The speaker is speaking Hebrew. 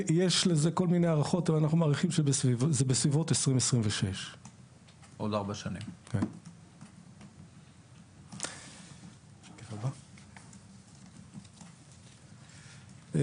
יש לזה כל מיני הערכות אבל אנחנו מעריכים שזה בסביבות 2026. כאמור,